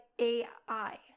A-I